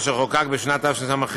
אשר חוקק בשנת תשס"ח,